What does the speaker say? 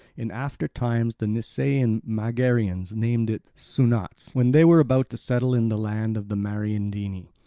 in after times the nisaean megarians named it soonautes when they were about to settle in the land of the mariandyni.